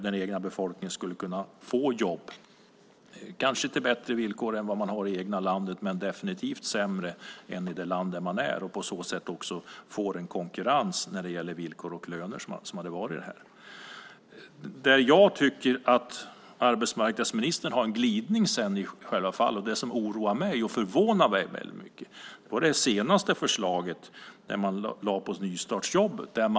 Den egna befolkningen skulle kunna få jobb, kanske till bättre villkor än vad de har i det egna landet men definitivt sämre än i det land där de är, och på så sätt skulle man också få en konkurrens när det gäller villkor och löner. Jag tycker att arbetsmarknadsministern har en glidning i det här fallet, och det oroar och förvånar mig väldigt mycket. Det gäller det senaste förslaget gällande nystartsjobbet.